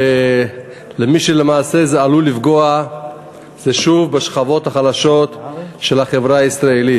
ומי שלמעשה זה עלול לפגוע בו זה שוב השכבות החלשות של החברה הישראלית.